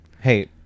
Hey